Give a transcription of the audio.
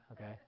Okay